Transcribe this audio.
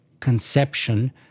Conception